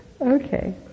Okay